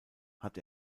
hat